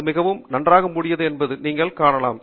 அது மிகவும் நன்றாக மூடியது என்பதை நீங்கள் காணலாம்